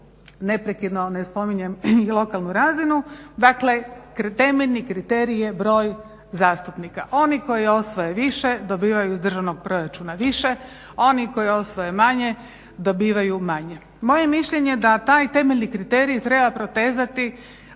neprekidno ne spominjem i lokalnu razinu. Dakle, temeljni kriterij je broj zastupnika. Oni koji osvoje više, dobivaju iz državnog proračuna više, oni koji osvoje manje, dobivaju manje. Moje mišljenje je da taj temeljni kriterij treba protezati